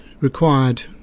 required